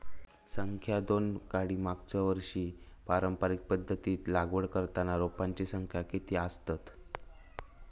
संख्या दोन काडी मागचो वर्षी पारंपरिक पध्दतीत लागवड करताना रोपांची संख्या किती आसतत?